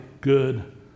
good